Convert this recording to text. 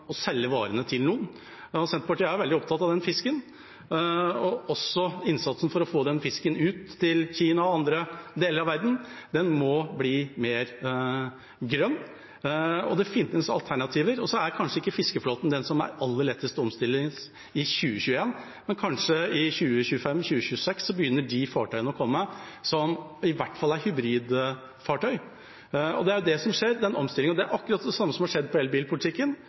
også innsatsen for å få fisken ut til Kina og andre deler av verden må bli mer grønn. Det finnes alternativer. Så er kanskje ikke fiskeflåten den som er aller lettest å omstille i 2021, men kanskje i 2025–2026 begynner de fartøyene å komme som i hvert fall er hybridfartøy. Og det er det som skjer – den omstillingen. Det er akkurat det samme som har skjedd ved elbilpolitikken.